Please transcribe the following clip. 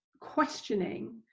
questioning